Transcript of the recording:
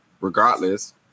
regardless